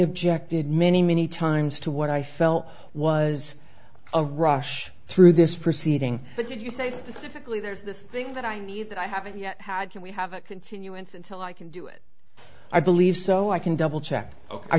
objected many many times to what i felt was a rush through this proceeding but did you say specifically there's this thing that i need that i haven't yet had can we have a continuance until i can do it i believe so i can double check